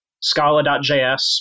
Scala.js